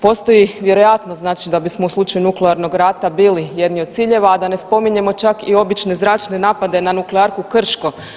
Postoji vjerojatnost da bismo u slučaju nuklearnog rata bili jedni od ciljeva, a da ne spominjemo čak i obične zračne napade na Nuklearku Krško.